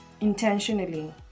intentionally